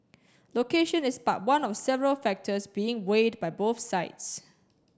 location is but one of several factors being weighed by both sides